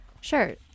Sure